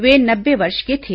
वे नब्बे वर्ष के थे